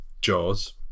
Jaws